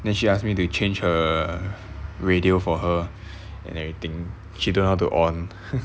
then she ask me to change her radio for her and everything she don't know how to on